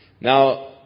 Now